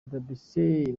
debesay